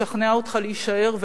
לשכנע אותך להישאר,